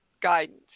guidance